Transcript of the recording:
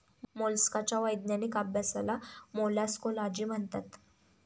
मोलस्काच्या वैज्ञानिक अभ्यासाला मोलॅस्कोलॉजी म्हणतात